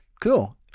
Cool